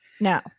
no